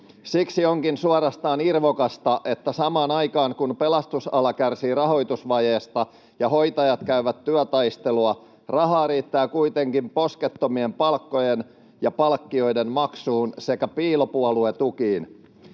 Siksi onkin suorastaan irvokasta, että samaan aikaan, kun pelastusala kärsii rahoitusvajeesta ja hoitajat käyvät työtaistelua, rahaa riittää kuitenkin poskettomien palkkojen ja palkkioiden maksuun sekä piilopuoluetukiin.